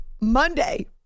Monday